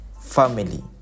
family